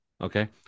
Okay